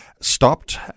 stopped